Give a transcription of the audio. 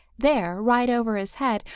there, right over his head,